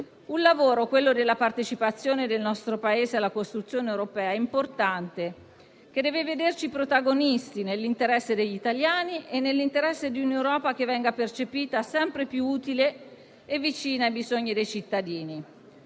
Un lavoro, quello della partecipazione del nostro Paese alla costruzione europea, importante, che deve vederci protagonisti nell'interesse degli italiani e nell'interesse di un'Europa che venga percepita sempre più utile e vicina ai bisogni dei cittadini.